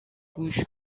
گوش